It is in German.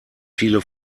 viele